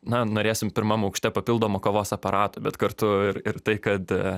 na norėsim pirmam aukšte papildomo kavos aparato bet kartu ir ir tai kad